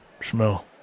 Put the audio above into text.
smell